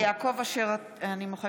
חיים ביטון (ש"ס): למה את